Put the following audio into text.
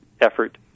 effort